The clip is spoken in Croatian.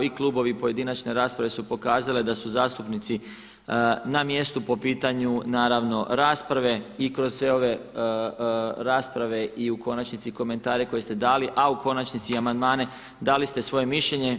I klubovi i pojedinačne rasprave su pokazale da su zastupnici na mjestu po pitanju naravno rasprave i kroz sve ove rasprave i u konačnici i komentare koje ste dali, a u konačnici i amandmane, dali ste svoje mišljenje.